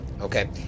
Okay